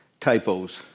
typos